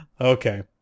Okay